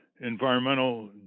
environmental